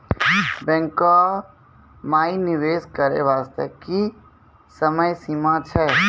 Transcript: बैंको माई निवेश करे बास्ते की समय सीमा छै?